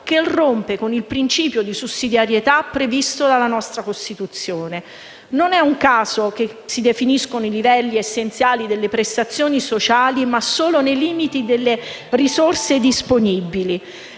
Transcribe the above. che rompe con il principio di sussidiarietà previsto dalla nostra Costituzione. Non è un caso che si definiscano i livelli essenziali delle prestazioni sociali, ma solo nei limiti delle risorse disponibili.